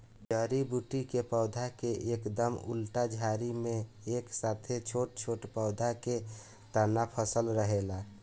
जड़ी बूटी के पौधा के एकदम उल्टा झाड़ी में एक साथे छोट छोट पौधा के तना फसल रहेला